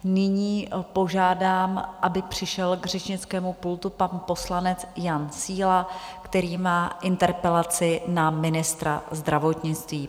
Nyní požádám, aby přišel k řečnickému pultu pan poslanec Jan Síla, který má interpelaci na ministra zdravotnictví.